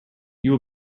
you